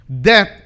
Death